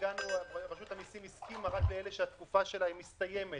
רשות המיסים הסכימה רק לאלה שהתקופה שלהם מסתיימת